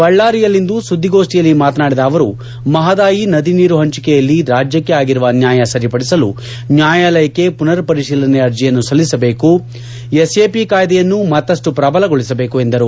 ಬಳ್ಳಾರಿಯಲ್ಲಿಂದು ಸುದ್ದಿಗೋಷ್ಠಿಯಲ್ಲಿ ಮಾತನಾಡಿದ ಅವರು ಮಹದಾಯಿ ನದಿ ನೀರು ಹಂಚಿಕೆಯಲ್ಲಿ ರಾಜ್ಯಕ್ಕೆ ಅಗಿರುವ ಅನ್ಯಾಯ ಸರಿಪಡಿಸಲು ನ್ಯಾಯಾಲಯಕ್ಕೆ ಪುನರ್ ಪರಿಶೀಲನೆ ಅರ್ಜಿಯನ್ನು ಸಲ್ಲಿಸಬೇಕು ಎಸ್ಎಪಿ ಕಾಯ್ದೆಯನ್ನು ಮತ್ತಷ್ಟು ಪ್ರಬಲಗೊಳಿಸಬೇಕು ಎಂದರು